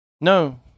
No